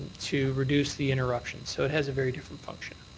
to reduce the interruption. so it has very different function.